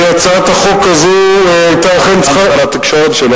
הצעת החוק הזאת היתה אכן צריכה, גם שר התקשורת.